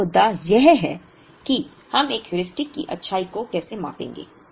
पहला मुद्दा यह है कि हम एक हेयुरिस्टिक की अच्छाई को कैसे मापेंगे